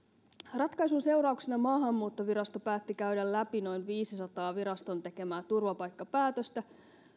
ratkaisun seurauksena maahanmuuttovirasto päätti käydä läpi noin viidensadan viraston tekemää turvapaikkapäätöstä